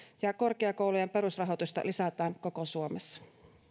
ja korkeakoulujen perusrahoitusta lisätään koko suomessa